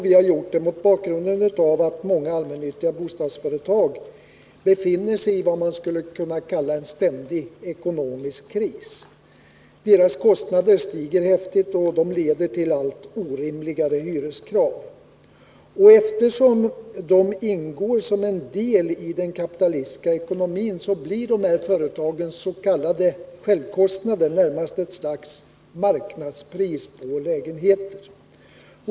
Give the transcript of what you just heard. Vi har gjort det mot bakgrunden av att många allmännyttiga bostadsföretag befinner sig i vad man skulle kunna kalla en ständig ekonomisk kris. Deras kostnader stiger kraftigt, och detta leder till allt orimligare hyreskrav. Eftersom dessa företag ingår som en del i den kapitalistiska ekonomin, blir deras s.k. självkostnader närmast ett slags marknadspris på lägenheter.